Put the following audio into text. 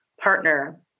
partner